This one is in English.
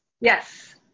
yes